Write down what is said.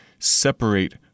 separate